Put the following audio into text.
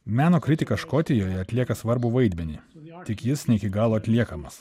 meno kritika škotijoje atlieka svarbų vaidmenį tik jis ne iki galo atliekamas